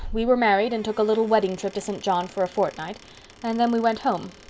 we were married and took a little wedding trip to st. john for a fortnight and then we went home.